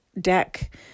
deck